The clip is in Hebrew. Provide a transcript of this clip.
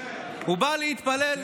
הוא בא להתפלל.